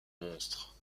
monstres